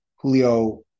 Julio